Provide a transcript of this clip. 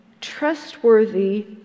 trustworthy